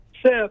Seth